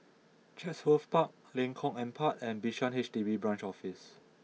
Chatsworth Park Lengkong Empat and Bishan H D B Branch Office